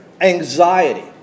anxiety